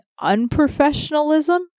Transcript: unprofessionalism